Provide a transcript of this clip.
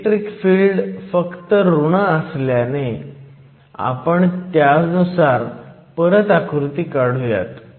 electric field फक्त ऋण असल्याने आपण त्यानुसार परत आकृती काढुयात